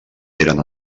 eren